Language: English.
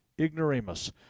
ignoramus